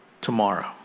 tomorrow